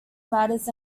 matters